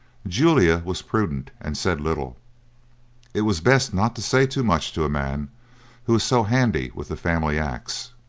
julia was prudent and said little it was best not to say too much to a man who was so handy with the family axe.